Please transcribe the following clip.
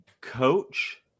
coach